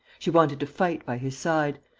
she wanted to fight by his side.